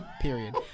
Period